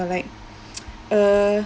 like a